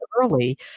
early